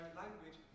language